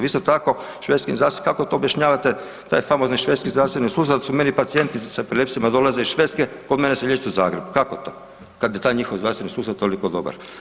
Isto tako kako to objašnjavate taj famozni švedski zdravstveni sustav gdje su meni pacijenti sa epilepsijama dolaze iz Švedske kod mene se liječe u Zagrebu, kako to kad je taj njihov zdravstveni sustav toliko dobar?